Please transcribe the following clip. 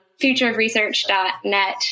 futureofresearch.net